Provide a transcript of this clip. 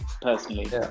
personally